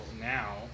now